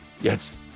Yes